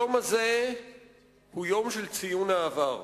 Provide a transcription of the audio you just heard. היום הזה הוא יום של ציון העבר.